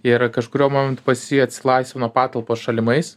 ir kažkuriuo momentu pas jį atsilaisvino patalpos šalimais